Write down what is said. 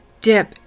dip